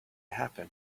happen